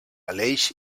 aleix